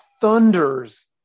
thunders